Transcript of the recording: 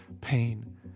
pain